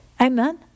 Amen